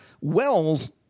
Wells